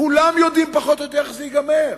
כולם יודעים פחות או יותר איך זה ייגמר,